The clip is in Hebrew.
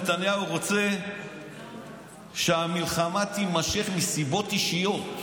נתניהו רוצה שהמלחמה תימשך מסיבות אישיות.